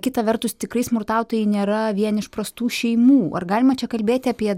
kita vertus tikrai smurtautojai nėra vien iš prastų šeimų ar galima čia kalbėti apie